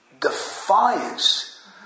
defiance